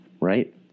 right